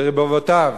ברבבותיו,